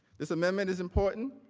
this moment is important,